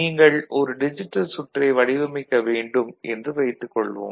நீங்கள் ஒரு டிஜிட்டல் சுற்றை வடிவமைக்க வேண்டும் என்று வைத்துக் கொள்வோம்